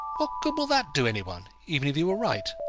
what good will that do any one, even if he were right?